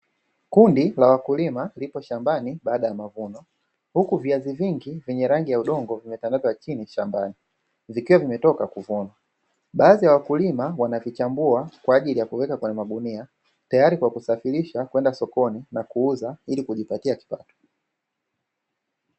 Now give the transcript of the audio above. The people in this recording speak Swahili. Kundi la wakulima lipo shambani baada ya mavuno huku viazi vingi ,vyenye rangi ya udongo vimetandazwa chini shambani, zikiwa zimetoka kuvunwa, baadhi ya wakulima wanavichambua kwa ajili ya kuweka kwenye magunia, tayari kwa kusafirisha kwenda sokoni na kuuza ili kujipatia kipato.